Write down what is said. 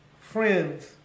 friends